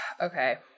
Okay